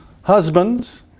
Husbands